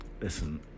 listen